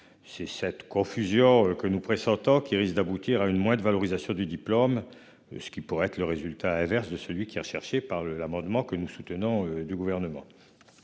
C'est cette confusion que nous présentant qui risque d'aboutir à une moindre valorisation du diplôme. Ce qui pourrait être le résultat inverse de celui qui est recherché par le l'amendement que nous soutenons du gouvernement.